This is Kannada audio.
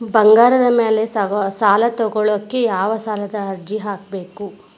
ಬಂಗಾರದ ಮ್ಯಾಲೆ ಸಾಲಾ ತಗೋಳಿಕ್ಕೆ ಯಾವ ಸಾಲದ ಅರ್ಜಿ ಹಾಕ್ಬೇಕು?